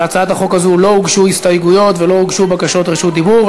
להצעת החוק הזאת לא הוגשו הסתייגויות ולא הוגשו בקשות רשות דיבור.